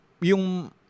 yung